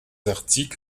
articles